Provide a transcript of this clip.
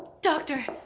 doctor,